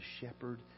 shepherd